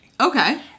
Okay